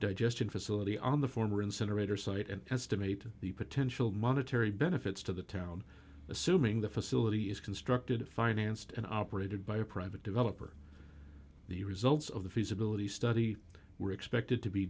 digested facility on the former incinerator site and estimate the potential monetary benefits to the town assuming the facility is constructed financed in operated by a private developer the results of the feasibility study were expected to be